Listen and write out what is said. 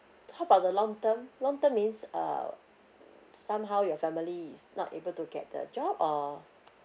how about the long term long term is uh somehow your family is not able to get a job or